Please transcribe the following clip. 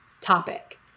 topic